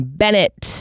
bennett